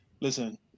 Listen